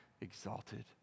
exalted